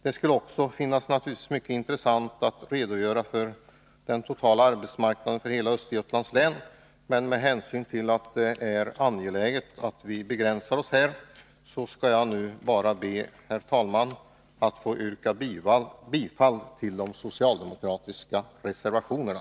Det hade också varit intressant att få redogöra för situationen på den totala arbetsmarknaden i Östergötlands län, men med hänsyn till att det är angeläget att vi begränsar vår taletid skall jag be att få yrka bifall till de socialdemokratiska reservationerna.